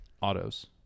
Autos